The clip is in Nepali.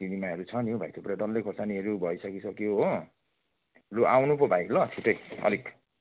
किनेमाहरू छ नि हो भाइ थुप्रै डल्ले खुर्सानीहरू भइसकिसक्यो हो लु आउनु पो भाइ ल छिट्टै अलिक